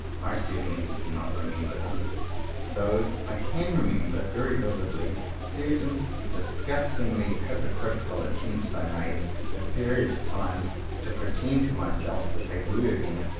i certainly cannot remember them though i can remember very vividly certain disgust ingly hypocritical attempts i made at various times to pretend to myself that they were there.